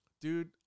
Dude